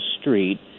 street